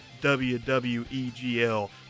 WWEGL